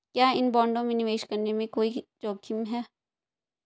क्या इन बॉन्डों में निवेश करने में कोई जोखिम है?